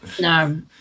no